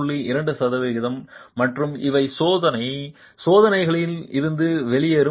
2 சதவிகிதம் மற்றும் இவை சோதனை சோதனைகளில் இருந்து வெளியேறும் எண்கள்